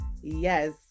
yes